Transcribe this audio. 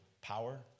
power